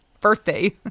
birthday